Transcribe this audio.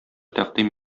тәкъдим